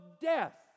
death